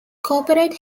corporate